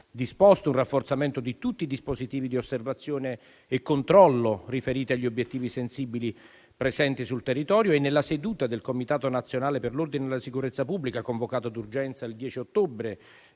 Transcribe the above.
disposto un rafforzamento di tutti i dispositivi di osservazione e controllo, riferiti agli obiettivi sensibili presenti sul territorio. E nella seduta del Comitato nazionale per l'ordine e la sicurezza pubblica, convocato d'urgenza il 10 ottobre,